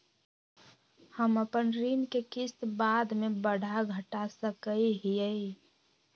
हम अपन ऋण के किस्त बाद में बढ़ा घटा सकई हियइ?